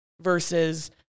versus